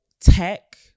Tech